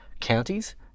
counties